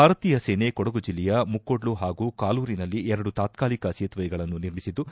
ಭಾರತೀಯ ಸೇನೆ ಕೊಡಗು ಜಿಲ್ಲೆಯ ಮುಕೋಡ್ಲ ಹಾಗೂ ಕಾಲೂರಿನಲ್ಲಿ ಎರಡು ತಾತ್ಕಾಲಿಕ ಸೇತುವೆಯನ್ನು ನಿರ್ಮಿಸಿದ್ಲು